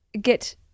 get